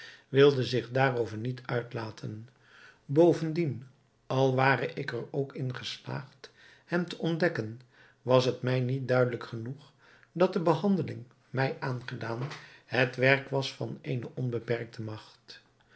wilde zich daarover niet uitlaten bovendien al ware ik er ook in geslaagd hem te ontdekken was het mij niet duidelijk genoeg dat de behandeling mij aangedaan het werk was van eene onbeperkte magt